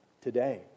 today